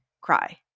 cry